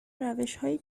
روشهایی